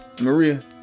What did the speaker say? Maria